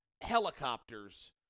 helicopters